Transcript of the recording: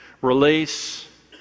release